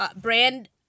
...brand